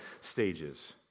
stages